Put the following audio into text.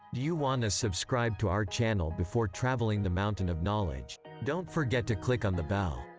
do you wanna subscribe to our channel before traveling the mountain of knowledge. dont forget to click on the bell.